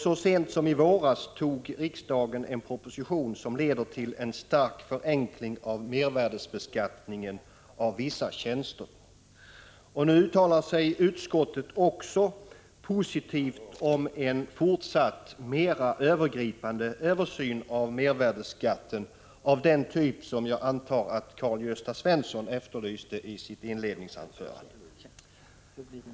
Så sent som i våras antog riksdagen en proposition som leder till en stark förenkling av mervärdebeskattningen av vissa tjänster. Nu uttalar sig också utskottet positivt om en fortsatt, mera övergripande översyn av mervärdeskatten, av den typ som jag antar att Karl-Gösta Svenson efterlyste i sitt inledningsanförande.